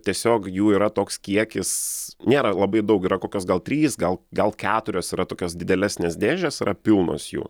tiesiog jų yra toks kiekis nėra labai daug yra kokios gal trys gal gal keturios yra tokios didelesnės dėžės yra pilnos jų